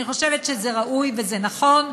אני חושבת שזה ראוי וזה נכון,